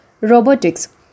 robotics